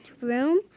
room